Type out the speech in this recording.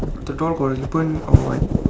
the door got ribbon or what